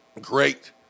great